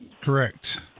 Correct